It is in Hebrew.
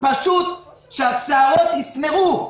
שהשערות יסמרו,